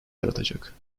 yaratacak